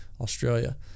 Australia